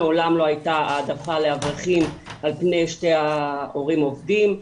מעולם לא הייתה העדפה לאברכים על פני שני ההורים העובדים.